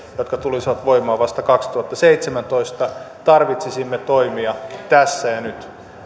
jotka tulisivat voimaan vasta kaksituhattaseitsemäntoista tarvitsisimme toimia tässä ja nyt